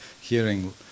hearing